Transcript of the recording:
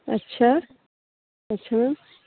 अच्छा अच्छा